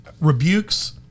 rebukes